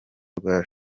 rwa